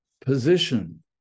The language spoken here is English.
position